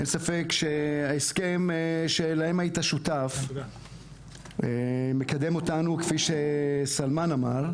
אין ספק שההסכם שלהם היית שותף מקדם אותנו כפי סלמאן אמר,